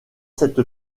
cette